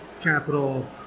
capital